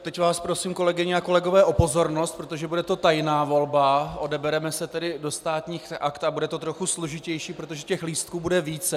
A teď vás prosím, kolegyně a kolegové, o pozornost, protože to bude tajná volba, odebereme se tedy do Státních aktů a bude to trochu složitější, protože těch lístků bude více.